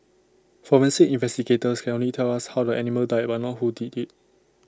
forensic investigations can only tell us how the animal died but not who did IT